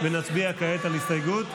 נצביע כעת על הסתייגות,